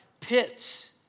pits